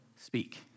speak